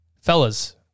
Fellas